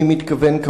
אני מתכוון,